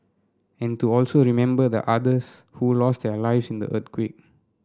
and to also remember the others who lost their lives in the earthquake